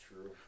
True